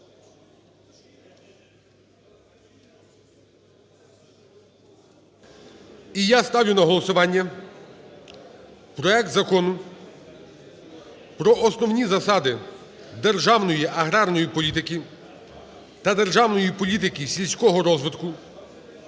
І я ставлю на голосування проект Закону про основні засади державної аграрної політики та державної політики сільського розвитку